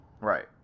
Right